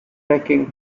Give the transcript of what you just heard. taking